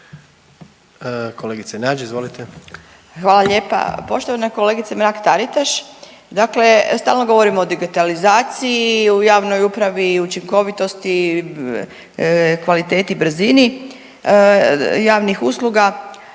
Vesna (Nezavisni)** Hvala lijepa. Poštovana kolegice Mrak-Taritaš, dakle stalno govorimo o digitalizaciji u javnoj upravi i učinkovitosti, kvaliteti, brzini javnih usluga,